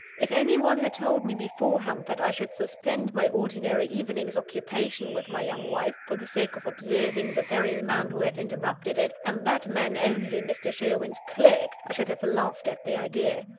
if any one had told me beforehand, that i should suspend my ordinary evening's occupation with my young wife, for the sake of observing the very man who had interrupted it, and that man only mr. sherwin's clerk, i should have laughed at the idea.